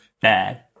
bad